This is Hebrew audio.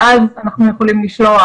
ואז אנחנו יכולים לשלוח,